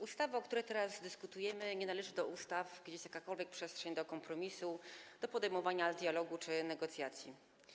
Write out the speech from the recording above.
Ustawa, o której teraz dyskutujemy, nie należy do ustaw, gdzie jest jakakolwiek przestrzeń do kompromisu, do podejmowania dialogu czy negocjacji.